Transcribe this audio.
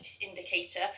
indicator